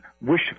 wish